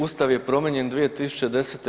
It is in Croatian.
Ustav je promijenjen 2010.